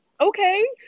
okay